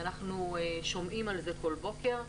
אנחנו שומעים על זה כל בוקר.